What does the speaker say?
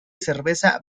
cerveza